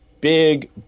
big